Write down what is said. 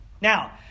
Now